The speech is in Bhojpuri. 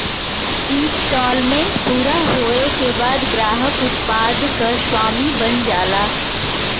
इन्सटॉलमेंट पूरा होये के बाद ग्राहक उत्पाद क स्वामी बन जाला